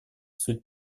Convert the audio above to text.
суть